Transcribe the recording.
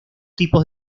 tipos